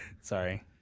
sorry